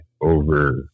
over